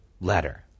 letter